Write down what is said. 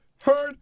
Heard